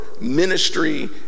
ministry